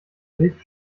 milch